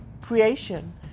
creation